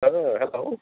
hello